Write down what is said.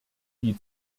die